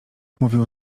mówił